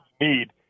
need